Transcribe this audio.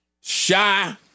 Shy